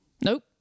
Nope